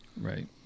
Right